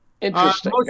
Interesting